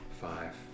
five